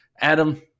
Adam